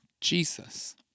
Jesus